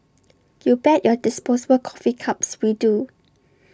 you bet your disposable coffee cups we do